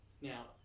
now